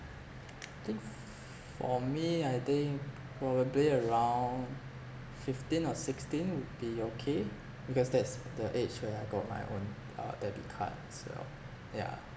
think for me I think probably around fifteen or sixteen would be okay because that's the age where I got my own err debit cards yeah